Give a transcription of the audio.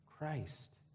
Christ